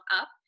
up